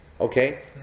okay